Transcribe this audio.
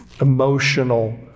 emotional